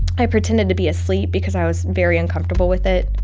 i pretended to be asleep because i was very uncomfortable with it